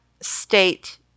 state